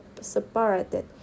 separated